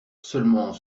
seulement